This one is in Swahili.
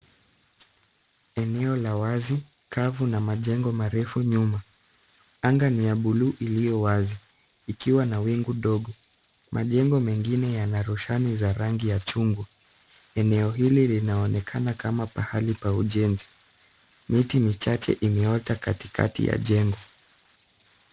Eneo la wazi, kavu na majengo marefu nyuma. Anga ni ya buluu iliyo wazi, ikiwa na wingu ndogo. Majengo mengine yana roshani za rangi ya chungwa. Eneo hili linaonekana kama pahali pa ujenzi. Miti michache imeota katikati ya jengo.